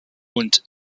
und